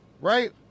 right